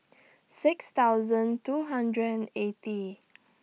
six thousand two hundred and eighty